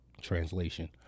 translation